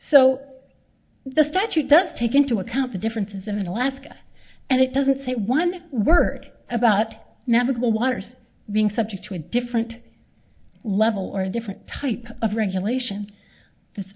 so the statute does take into account the differences in alaska and it doesn't say one word about navigable waters being subject to a different level or a different type of regulation